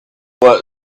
where